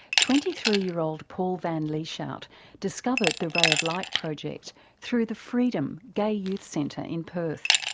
twenty three year old paul van lieshout discovered the ray of light project through the freedom gay youth centre in perth.